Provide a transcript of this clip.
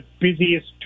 busiest